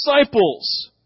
disciples